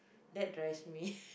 that drives me